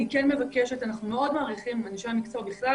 אני כן מבקשת אנחנו מאוד מעריכים את אנשי המקצוע בכלל,